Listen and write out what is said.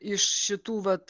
iš šitų vat